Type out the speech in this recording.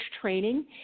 training